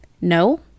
No